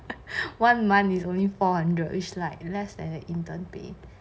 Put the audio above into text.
one month is only four hundred is like less than a intern pay